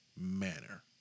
manner